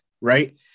right